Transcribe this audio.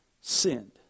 sinned